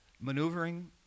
maneuvering